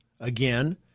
Again